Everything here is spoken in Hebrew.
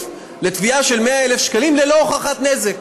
לתביעה של 100,000 שקלים ללא הוכחת נזק.